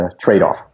trade-off